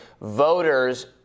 voters